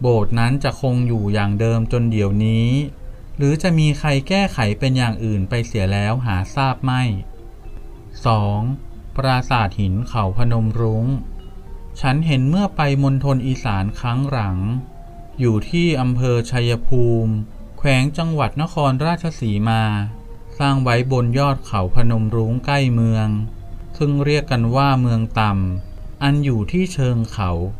โบสถ์นั้นจะคงอยู่อย่างเดิมจนเดี๋ยวนี้ หรือจะมีใครแก้ไขเป็นอย่างอื่นไปเสียแล้ว หาทราบไม่? สอง ปราสาทหินเขาพนมรุ้ง ฉันเห็นเมื่อไปมณฑลอีสานครั้งหลัง อยู่ที่อำเภอชัยภูมิ แขวงจังหวัดนครราชสีมา สร้างไว้บนยอดเขาพนมรุ้งใกล้เมือง ซึ่งเรียกกันว่าเมืองต่ำ อันอยู่ที่เชิงเขา